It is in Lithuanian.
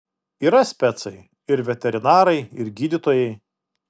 yra specai ir veterinarai ir gydytojai